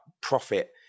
profit